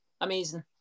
Amazing